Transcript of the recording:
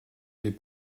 les